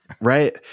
right